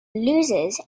loses